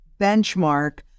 benchmark